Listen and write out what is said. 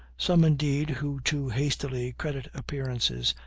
some, indeed, who too hastily credit appearances,